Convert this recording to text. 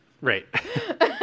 Right